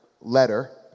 letter